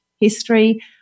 history